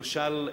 למשל,